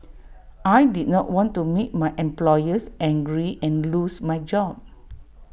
I did not want to make my employers angry and lose my job